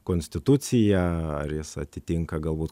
konstituciją ar jis atitinka galbūt